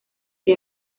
que